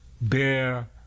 bear